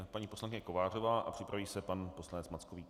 Paní poslankyně Kovářová a připraví se pan poslanec Mackovík.